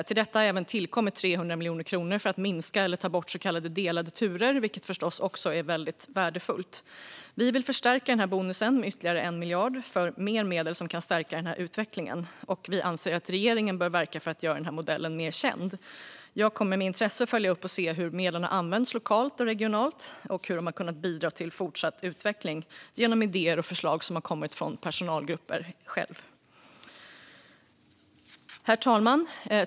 Till detta har det även tillkommit 300 miljoner kronor för att minska eller ta bort så kallade delade turer, vilket förstås också är värdefullt. Vi vill förstärka bonusen med ytterligare 1 miljard för mer medel som kan stärka den här utvecklingen. Vi anser också att regeringen bör verka för att göra modellen mer känd. Jag kommer med intresse att följa upp hur medlen har använts lokalt och regionalt och hur de kunnat bidra till fortsatt utveckling genom idéer och förslag som har kommit från personalgrupperna själva. Herr talman!